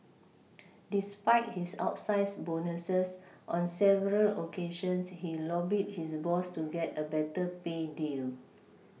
despite his outsize bonuses on several occasions he lobbied his boss to get a better pay deal